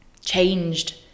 changed